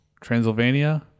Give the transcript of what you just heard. Transylvania